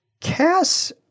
Cass